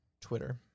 Twitter